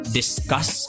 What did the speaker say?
discuss